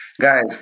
guys